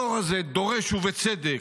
הדור הזה דורש, ובצדק,